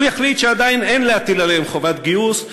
יחליט שעדיין אין להטיל עליהם חובת גיוס,